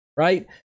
Right